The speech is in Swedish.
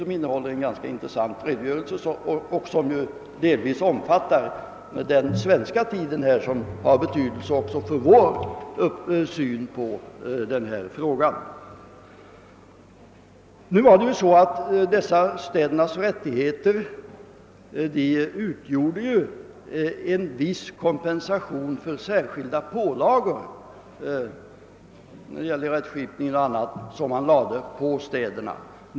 Den innehåller en intressant redogörelse som delvis omfattar den svenska tiden, som har betydelse också för vår syn på denna sak. Städernas rättigheter utgjorde en viss kompensation för särskilda pålagor när det gällde rättsskipning och annat.